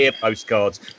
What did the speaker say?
postcards